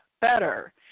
better